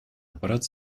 аппарат